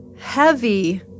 Heavy